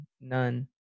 none